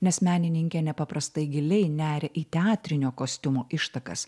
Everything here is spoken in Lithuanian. nes menininkė nepaprastai giliai neria į teatrinio kostiumo ištakas